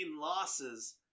losses